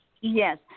Yes